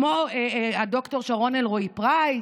כמו ד"ר שרון אלראי פרייס,